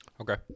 Okay